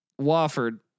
Wofford